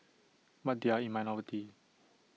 but they are in minority